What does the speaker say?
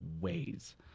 ways